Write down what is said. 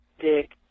dick